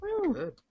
Good